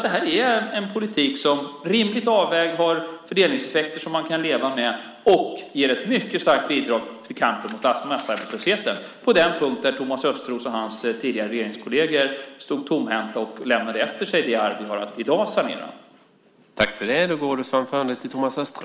Det här är en politik som rimligt avvägd har fördelningseffekter som man kan leva med och som ger ett mycket starkt bidrag till kampen mot massarbetslösheten, på den punkt där Thomas Östros och hans tidigare regeringskolleger stod tomhänta och lämnade efter sig det arv som vi i dag har att sanera.